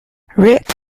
rick